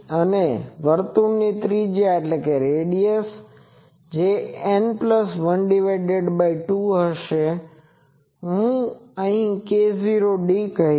અને વર્તુળની ત્રિજ્યા જે N12 હશે જેને હું k0d કહીશ